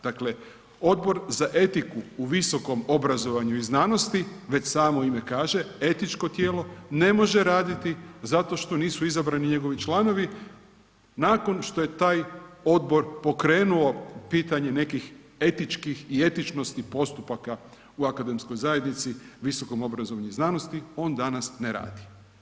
Dakle, Odbor za etiku u visokom obrazovanju i znanosti, već samo ime kaže, etičko tijelo, ne može raditi zato što nisu izabrani njegovi članovi nakon što je taj odbor pokrenuo pitanje nekih etičkih i etičnosti postupaka u akademskoj zajednici, viskom obrazovanju i znanosti, on danas ne radi.